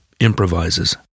improvises